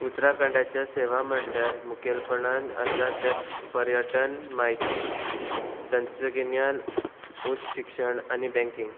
उत्तराखंडाच्या सेवा म्हणल्यार मुखेलपणान आसा ते पर्यटन म्हायती तंत्रगिन्यान उच शिक्षण आनी बँकिंग